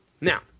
Now